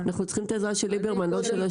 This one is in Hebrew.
אנחנו צריכים את העזרה של ליברמן לא של השם.